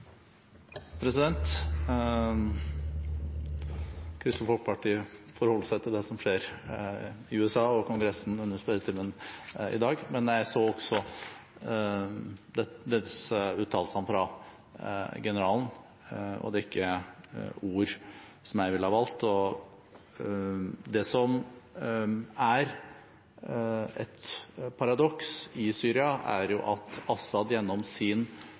Kristelig Folkeparti forholder seg til det som skjer i USA og kongressen under spørretimen i dag. Men jeg så også de uttalelsene fra generalen, og det er ikke ord som jeg ville ha valgt. Det som er et paradoks i Syria, er at gjennom Assads opptreden og gjennom